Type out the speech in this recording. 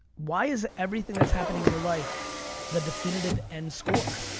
why is everything that's happening in your life the definitive end score?